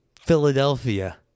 Philadelphia